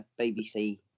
BBC